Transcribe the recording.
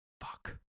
Fuck